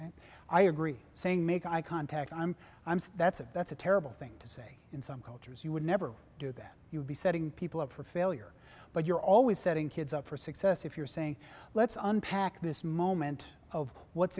and i agree saying make eye contact i'm i'm sure that's a that's a terrible thing to say in some cultures you would never do that you would be setting people up for failure but you're always setting kids up for success if you're saying let's unpack this moment of what's